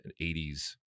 80s